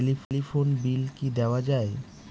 Telephone bill কি দেওয়া যায়?